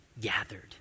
gathered